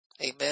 Amen